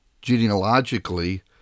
Genealogically